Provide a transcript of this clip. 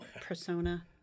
persona